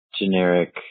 Generic